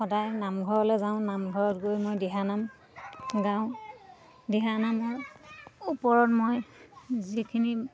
সদায় নামঘৰলৈ যাওঁ নামঘৰত গৈ মই দিহানাম গাওঁ দিহানামৰ ওপৰত মই যিখিনি